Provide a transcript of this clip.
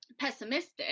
pessimistic